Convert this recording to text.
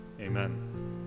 Amen